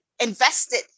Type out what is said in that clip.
invested